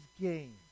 gain